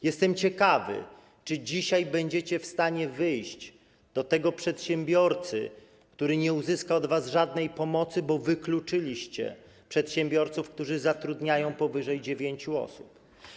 Jestem ciekawy, czy dzisiaj będziecie w stanie wyjść do tego przedsiębiorcy, który nie uzyska od was żadnej pomocy, bo wykluczyliście przedsiębiorców, którzy zatrudniają powyżej dziewięciu osób.